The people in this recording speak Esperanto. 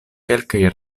kelkaj